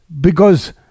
because-